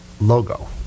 logo